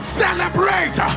celebrate